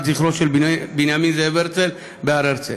זכרו של בנימין זאב הרצל בהר הרצל.